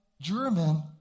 German